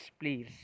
please